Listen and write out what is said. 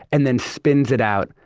and then spins it out,